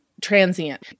transient